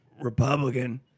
Republican